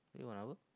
is it one hour